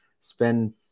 Spend